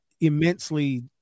immensely